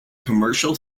commercial